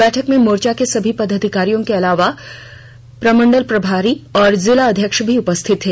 बैठके में मोर्चा के सभी पदाधिकारियों के अलावा प्रमंडल प्रभारी और जिलाध्यक्ष भी उपस्थित थे